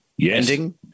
ending